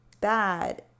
bad